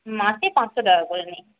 মাসে পাঁচশো টাকা করে নিই